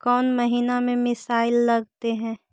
कौन महीना में मिसाइल लगते हैं?